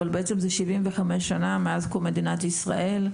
אבל בעצם זה 75 שנה מאז קום מדינת ישראל,